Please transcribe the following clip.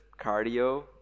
cardio